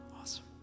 Awesome